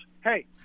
Hey